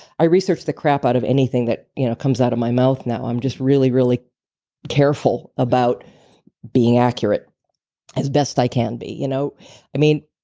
i research the crap out of anything that you know comes out of my mouth now. i'm just really, really careful about being accurate as best i can be you know i mean,